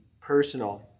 personal